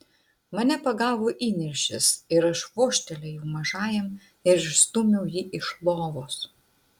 mane pagavo įniršis ir aš vožtelėjau mažajam ir išstūmiau jį iš lovos